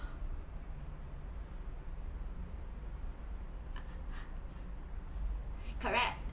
correct